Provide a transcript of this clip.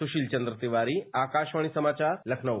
सुशील चंद्र तिवारी आकाशवाणी समाचार लखनऊ